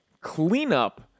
cleanup